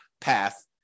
path